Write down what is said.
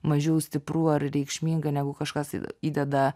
mažiau stipru ar reikšminga negu kažkas įdeda